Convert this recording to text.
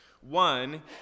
One